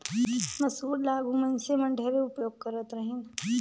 मूसर ल आघु मइनसे मन ढेरे उपियोग करत रहिन